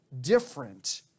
different